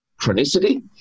chronicity